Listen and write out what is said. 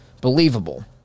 believable